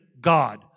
God